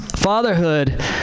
fatherhood